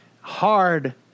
Hard